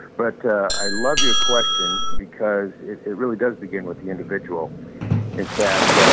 but i love your question because it it really does begin with the individual in fact,